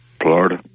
Florida